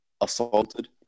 assaulted